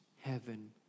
heaven